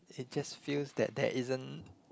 it just feels that there isn't